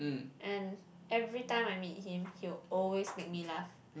and every time I meet him he will always make me laugh